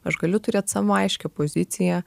aš galiu turėt savo aiškią poziciją